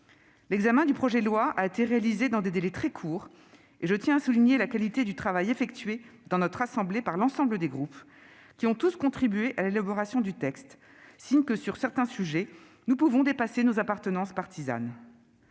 L'examen du projet de loi a été réalisé dans des délais très courts, et je tiens à souligner la qualité du travail effectué dans notre assemblée par l'ensemble des groupes, qui ont tous contribué à l'élaboration du texte, signe que, sur certains sujets, nous pouvons dépasser nos appartenances partisanes.